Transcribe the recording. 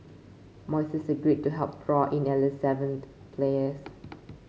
Moises agreed to help draw in at least seven players